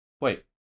Wait